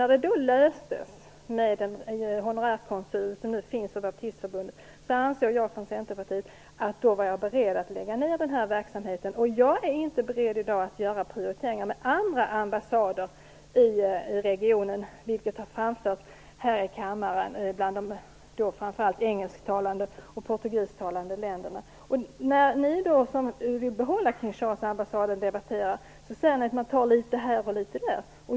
När det då löstes med den honorärkonsul som nu finns för Baptistförbundet var jag och Centerpartiet beredda att lägga ned den här verksamheten. Jag är inte beredd att göra prioriteringar mellan de länder där man talar engelska eller portugisiska när det gäller andra ambassader i regionen, vilket har framförts här i kammaren. När ni som vill behålla ambassaden i Kinshasa debatterar, säger ni att man skall ta litet här och litet där.